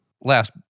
Last